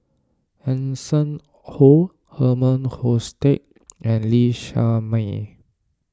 Hanson Ho Herman Hochstadt and Lee Shermay